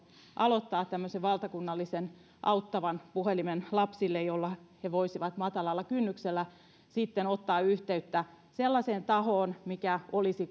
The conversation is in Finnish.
aloittaa tämmöisen valtakunnallisen auttavan puhelimen lapsille jolla he voisivat matalalla kynnyksellä sitten ottaa yhteyttä sellaiseen tahoon joka olisi